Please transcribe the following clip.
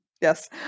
Yes